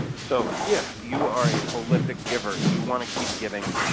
so if you are a prolific giver and you want to keep giving,